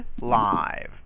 Live